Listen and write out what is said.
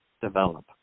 develop